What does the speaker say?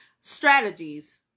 strategies